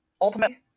ultimately